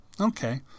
Okay